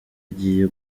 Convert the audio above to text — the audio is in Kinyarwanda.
agiye